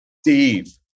Steve